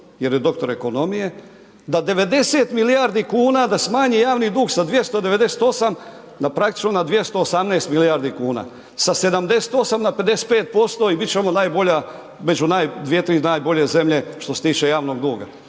jer je doktor ekonomije, da 90 milijardi kuna da smanji javni dug sa 298 na praktično na 218 milijardi kuna, sa 78 na 55% i bit ćemo najbolja, među 2, 3 najbolje zemlje što se tiče javnog duga,